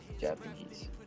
Japanese